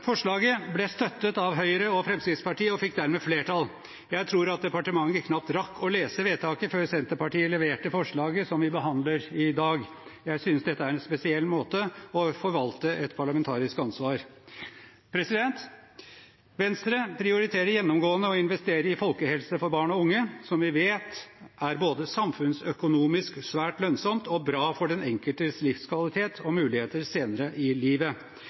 Forslaget ble støttet av Høyre og Fremskrittspartiet og fikk dermed flertall. Jeg tror at departementet knapt rakk å lese vedtaket før Senterpartiet leverte representantforslaget som vi behandler i dag. Jeg synes dette er en spesiell måte å forvalte et parlamentarisk ansvar på. Venstre prioriterer gjennomgående å investere i folkehelse for barn og unge, som vi vet er både samfunnsøkonomisk svært lønnsomt og bra for den enkeltes livskvalitet og muligheter senere i livet.